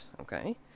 Okay